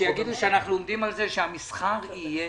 ויגידו שאנחנו עומדים על זה שלמסחר יהיו